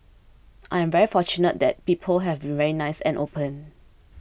I am very fortunate that people have been very nice and open